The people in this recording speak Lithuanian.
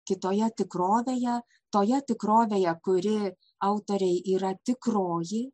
kitoje tikrovėje toje tikrovėje kuri autorei yra tikroji